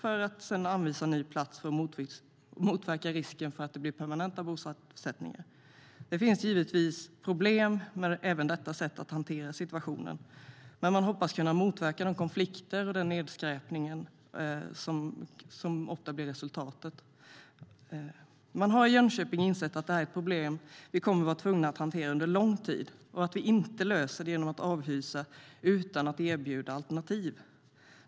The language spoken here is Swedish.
Ny plats anvisas sedan för att motverka risken att det blir permanenta bosättningar. Det finns givetvis problem även med detta sätt att hantera situationen, men man hoppas kunna motverka de konflikter och den nedskräpning som ofta blir resultatet. Man har i Jönköping insett att det här är ett problem som vi kommer vara tvungna att hantera under lång tid och att vi inte löser det genom att avhysa utan att erbjuda alternativ.